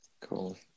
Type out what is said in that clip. cool